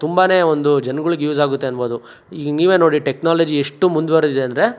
ತುಂಬಾನೇ ಒಂದು ಜನಗಳಿಗೆ ಯೂಸಾಗುತ್ತೆ ಅನ್ಬೌದು ಈಗ ನೀವೇ ನೋಡಿ ಟೆಕ್ನಾಲಜಿ ಎಷ್ಟು ಮುಂದ್ವರೆದಿದೆ ಅಂದರೆ